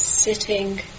sitting